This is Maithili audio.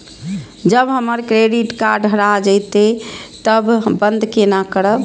जब हमर क्रेडिट कार्ड हरा जयते तब बंद केना करब?